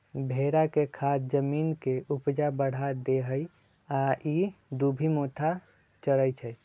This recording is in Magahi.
भेड़ा के खाद जमीन के ऊपजा बढ़ा देहइ आ इ दुभि मोथा चरै छइ